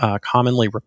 commonly